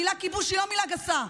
המילה כיבוש היא לא מילה גסה.